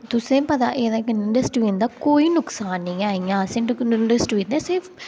तुसेंगी पता एह्दे कन्नै डस्टबीन दा कोई नुकसान नेईं ऐ इयां अस इंदे कन्नै डस्टबीन सिर्फ फायदे गै फायदे न